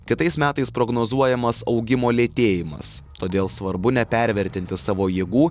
kitais metais prognozuojamas augimo lėtėjimas todėl svarbu nepervertinti savo jėgų